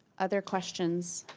other questions?